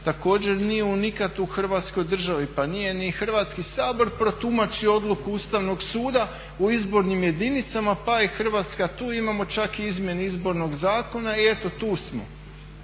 također nije nikad u Hrvatskoj državi pa nije ni Hrvatski sabor protumačio odluku Ustavnog suda u izbornim jedinicama pa je Hrvatska tu, imamo čak izmjene izbornog zakona i eto tu smo.